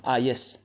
ah yes